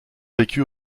vécu